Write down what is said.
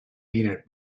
peanut